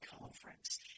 conference